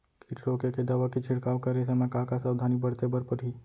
किट रोके के दवा के छिड़काव करे समय, का का सावधानी बरते बर परही?